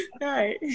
Right